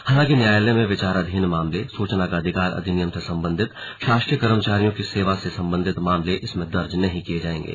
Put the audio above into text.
हालांकि न्यायालय में विचाराधीन मामले सूचना का अधिकार अधिनियम से संबंधित शासकीय कर्मचारियों की सेवा से संबंधित मामले इसमें दर्ज नहीं किए जाएंगे